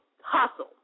hustle